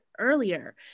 earlier